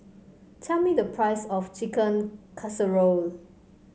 tell me the price of Chicken Casserole